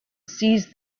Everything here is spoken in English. seized